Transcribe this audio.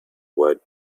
white